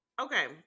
Okay